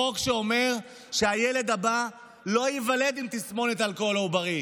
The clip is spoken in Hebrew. חוק שאומר שהילד הבא לא ייוולד עם תסמונת האלכוהול העוברי.